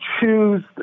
choose